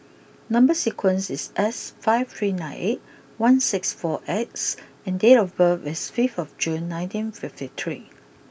number sequence is S five three nine eight one six four X and date of birth is fifth of June nineteen fifty three